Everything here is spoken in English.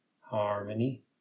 harmony